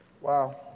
Wow